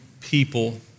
people